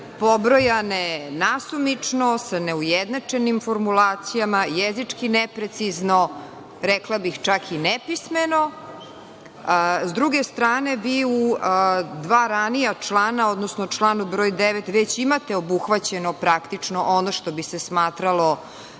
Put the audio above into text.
pobrojane nasumično sa neujednačenim formulacijama, jezički neprecizno, rekla bih čak i nepismeno. Sa druge strane, vi u dva ranija člana, odnosno članu 9. već imate obuhvaćeno praktično ono što bi se smatralo